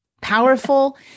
powerful